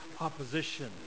opposition